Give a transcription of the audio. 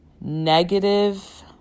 negative